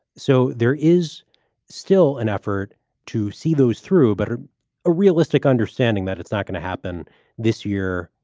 so there is still an effort to see those through. but her a realistic understanding that it's not going to happen this year.